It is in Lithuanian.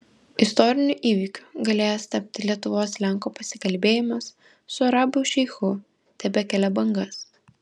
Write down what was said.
istoriniu įvykiu galėjęs tapti lietuvos lenko pasikalbėjimas su arabų šeichu tebekelia bangas